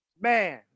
Man